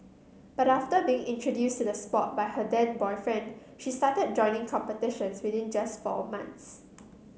but after being introduced to the sport by her then boyfriend she started joining competitions within just four months